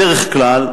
בדרך כלל,